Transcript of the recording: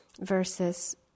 Versus